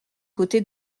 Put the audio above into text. côté